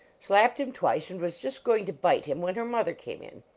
slapped him twice, and was just going to bite him, when her mother came in.